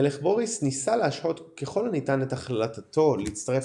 המלך בוריס ניסה להשהות ככל הניתן את החלטתו להצטרף